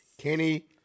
Kenny